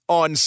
on